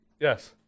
Yes